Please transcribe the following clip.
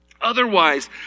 Otherwise